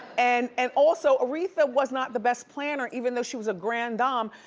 and and also aretha was not the best planner even though she was a grand dom,